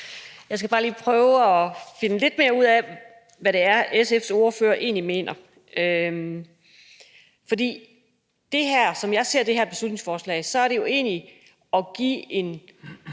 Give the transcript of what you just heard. Jeg skal bare lige prøve at finde lidt mere ud af, hvad det er, SF's ordfører egentlig mener. For som jeg ser det her beslutningsforslag, er det jo egentlig at give en